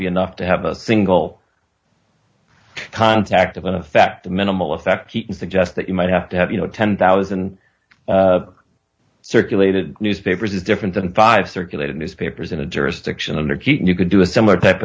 be enough to have a single contact of in effect the minimal effect he suggests that you might have to have you know ten thousand circulated newspapers is different than five circulated newspapers in a jurisdiction of energy and you could do a similar type